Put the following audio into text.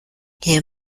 hier